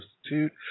Institute